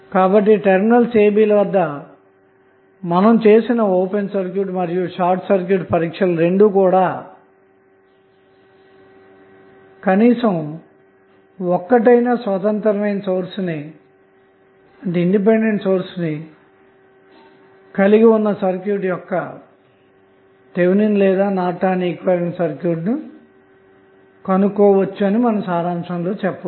కాబట్టి terminal ab ల వద్ద మనం చేసిన ఓపెన్ సర్క్యూట్ మరియు షార్ట్ సర్క్యూట్ పరీక్ష లు రెండూ కూడా కనీసం ఒక్కటైనా స్వతంత్రమైన సోర్స్ ని కలిగి ఉన్న సర్క్యూట్ యొక్క థెవెనిన్ లేదా నార్టన్ ఈక్వివలెంట్ సర్క్యూట్ ను కనుగొనవచ్చని సారాంశంలో చెప్పవచ్చు